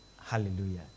Hallelujah